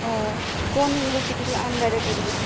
ও কোন ইউনিভার্সিটির আন্ডারে করবি